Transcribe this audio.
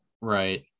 right